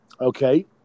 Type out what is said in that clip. Okay